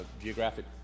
geographic